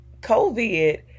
COVID